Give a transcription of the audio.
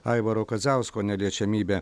aivaro kadziausko neliečiamybė